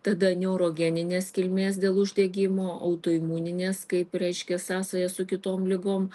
tada neurogeninės kilmės dėl uždegimo autoimuninės kaip reiškia sąsaja su kitom ligom